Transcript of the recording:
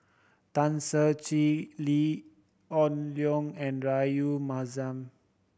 Tan Ser Cher Lee Hoon Leong and Rahayu Mahzam